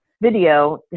video